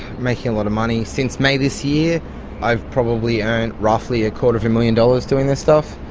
making a lot of money, since may this year i've probably earned roughly a quarter of a million dollars doing this stuff,